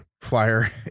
flyer